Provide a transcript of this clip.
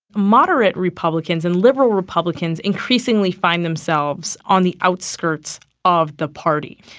moderate republicans and liberal republicans increasingly find themselves on the outskirts of the party.